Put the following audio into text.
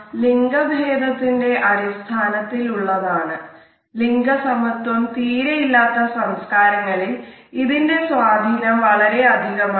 ലിംഗ സമത്വം തീരെ ഇല്ലാത്ത സംസ്കാരങ്ങളിൽ ഇതിന്റെ സ്വാധീനം വളരെ അധികം ആയിരിക്കും